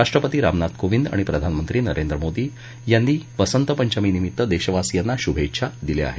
राष्ट्रपती रामनाथ कोविंद आणि प्रधानमंत्री नरेंद्र मोदी यांनी वसंतपंचमीनिमित्त देशवासियांना शुभेच्छा दिल्या आहेत